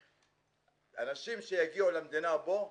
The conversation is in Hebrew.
אנשים שיגיעו למדינה פה,